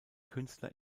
künstler